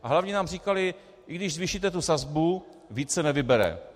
A hlavně nám říkali i když zvýšíte tu sazbu, víc se nevybere.